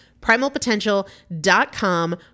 Primalpotential.com